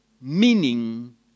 meaning